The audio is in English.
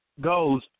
goes